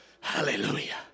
Hallelujah